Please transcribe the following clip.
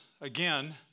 again